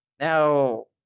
Now